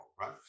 right